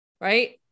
right